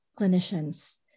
clinicians